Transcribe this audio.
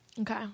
Okay